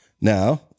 Now